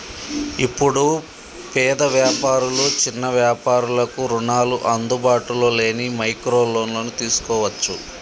ఇప్పుడు పేద వ్యాపారులు చిన్న వ్యాపారులకు రుణాలు అందుబాటులో లేని మైక్రో లోన్లను తీసుకోవచ్చు